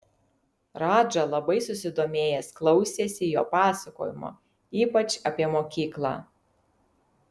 radža labai susidomėjęs klausėsi jo pasakojimo ypač apie mokyklą